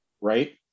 right